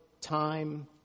time